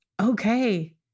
okay